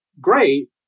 great